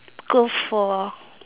go for